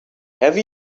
have